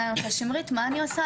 אליה ושואלת אותה מה אני אמורה לעשות?